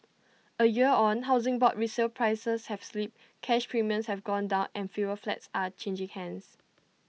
A year on Housing Board resale prices have slipped cash premiums have gone down and fewer flats are changing hands